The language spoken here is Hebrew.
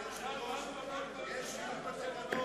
אדוני היושב-ראש, יש שינוי בתקנון.